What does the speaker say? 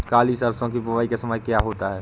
काली सरसो की बुवाई का समय क्या होता है?